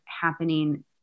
happening